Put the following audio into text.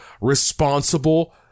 responsible